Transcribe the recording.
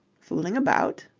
fooling about?